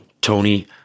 Tony